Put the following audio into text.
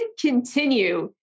continue